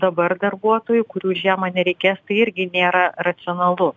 dabar darbuotojų kurių žiemą nereikės tai irgi nėra racionalu